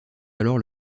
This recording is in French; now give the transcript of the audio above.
alors